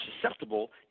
susceptible